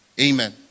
Amen